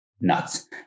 nuts